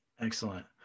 Excellent